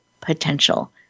potential